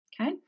okay